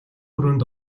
өрөөнд